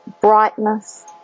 brightness